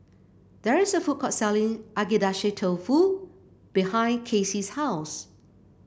there is a food court selling Agedashi Dofu behind Kacy's house